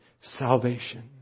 salvation